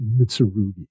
Mitsurugi